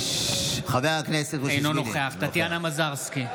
אינו נוכח טטיאנה מזרסקי,